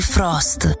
Frost